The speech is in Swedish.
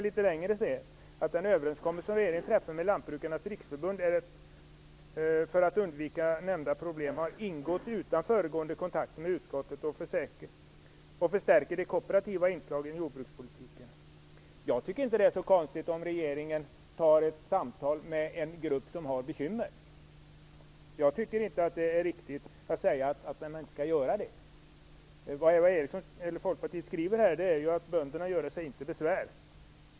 Litet längre ned heter det: "Den överenskommelse som regeringen träffat med Lantbrukarnas riksförbund för att undvika ovan nämnda problem har ingåtts utan föregående kontakter med utskottet och förstärker de korporativa inslagen i jordbrukspolitiken." Jag tycker inte att det är så konstigt om regeringen tar upp ett samtal med en grupp som har bekymmer. Jag tycker inte att det är riktigt att säga att den inte skall göra det. Det som Eva Eriksson, Folkpartiet, här skriver är: Bönderna göre sig icke besvär!